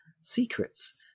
secrets